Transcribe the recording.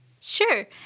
Sure